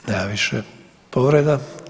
Nema više povreda.